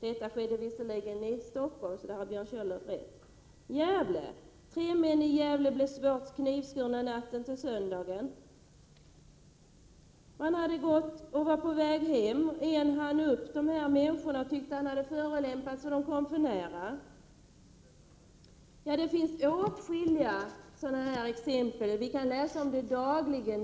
Detta skedde i Stockholm, så på den punkten har kanske Björn Körlof rätt. Här är ett exempel från Gävle: ”Tre män i Gävle blev svårt skurna natten till söndagen.” De var på hemväg. De hann upp en fjärde man, som tyckte att de hade förolämpat honom genom att komma för nära. Det finns åtskilliga sådana exempel. Vi kan dagligen läsa om detta i tidningarna.